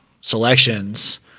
selections